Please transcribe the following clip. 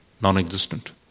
non-existent